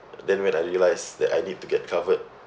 then when I realized that I need to get covered